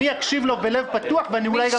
אני אקשיב לו בלב פתוח ואני אולי גם אצביע בעד החסינות.